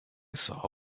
saw